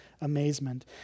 amazement